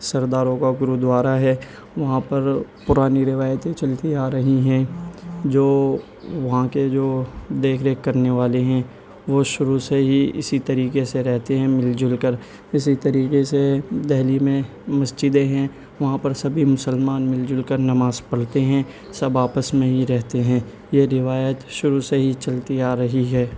سرداروں کا گرودوارا ہے وہاں پر پرانی روایتیں چلتی آ رہی ہیں جو وہاں کے جو دیکھ ریکھ کرنے والے ہیں وہ شروع سے ہی اسی طریقے سے رہتے ہیں مل جل کر اسی طریقے سے دہلی میں مسجدیں ہیں وہاں پر سبھی مسلمان مل جل کر نماز پڑھتے ہیں سب آپس میں ہی رہتے ہیں یہ روایت شروع سے ہی چلتی آ رہی ہے